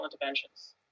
interventions